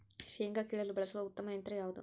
ಶೇಂಗಾ ಕೇಳಲು ಬಳಸುವ ಉತ್ತಮ ಯಂತ್ರ ಯಾವುದು?